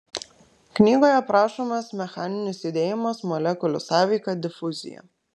knygoje aprašomas mechaninis judėjimas molekulių sąveika difuzija